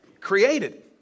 created